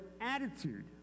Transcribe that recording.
attitude